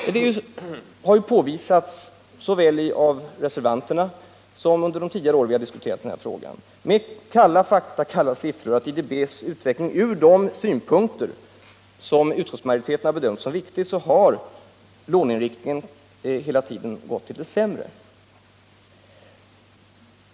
Det har påvisats med kalla fakta och kalla siffror, såväl nu av reservanterna som under de tidigare år då vi har diskuterat den här frågan, att i IDB:s utveckling ur de synpunkter som utskottsmajoriteten har bedömt som viktiga har låneinriktningen hela tiden gått till det sämre.